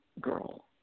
girl